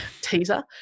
teaser